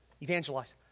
evangelize